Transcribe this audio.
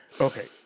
Okay